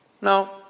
No